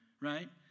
right